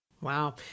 Wow